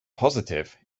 positive